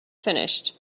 finished